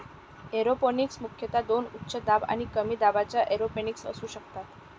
aeroponics मुख्यतः दोन उच्च दाब आणि कमी दाबाच्या एरोपोनिक्स असू शकतात